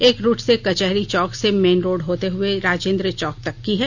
एक रूट से कचहरी चौक से मेन रोड होते हुए राजेंद्र चौक तक की है